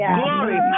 glory